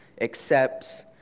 accepts